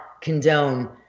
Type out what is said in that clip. condone